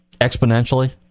exponentially